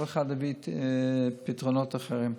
כל אחד הביא פתרונות אחרים.